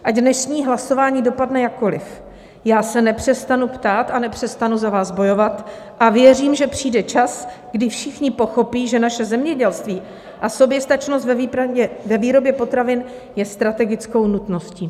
Ať dnešní hlasování dopadne jakkoli, já se nepřestanu ptát a nepřestanu za vás bojovat a věřím, že přijde čas, kdy všichni pochopí, že naše zemědělství a soběstačnost ve výrobě potravin je strategickou nutností.